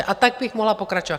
A tak bych mohla pokračovat.